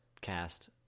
cast